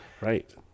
Right